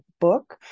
book